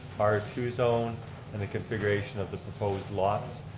r two zone and the configuration of the proposed lots,